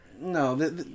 no